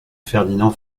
ferdinand